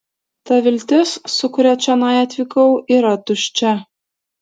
ta viltis su kuria čionai atvykau yra tuščia